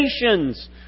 nations